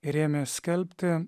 ir ėmė skelbti